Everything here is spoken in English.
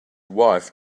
wife